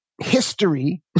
history